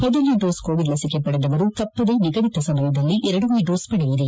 ಮೊದಲ dose covid ಲಸಿಕೆ ಪಡೆದವರು ತಪ್ಪದ ನಿಗದಿತ ಸಮಯದಲ್ಲಿ ಎರಡನೇ ಡೋಸ್ ಪಡೆಯಿರಿ